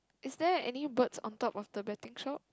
is there any birds on top of the betting shop